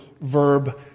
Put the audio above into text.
verb